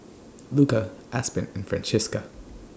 Luka Aspen and Francisca